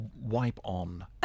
wipe-on